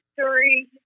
story